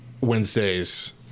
Wednesday's